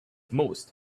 most